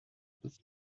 bis